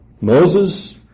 Moses